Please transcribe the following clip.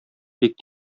бик